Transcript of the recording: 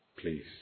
Please